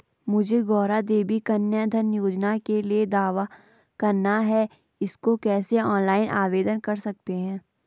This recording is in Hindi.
मुझे गौरा देवी कन्या धन योजना के लिए दावा करना है इसको कैसे ऑनलाइन आवेदन कर सकते हैं?